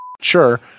Sure